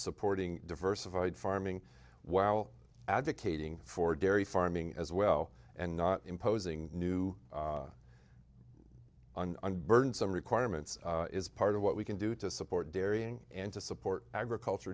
supporting diversified farming while advocating for dairy farming as well and not imposing new and burdensome requirements is part of what we can do to support dairying and to support agriculture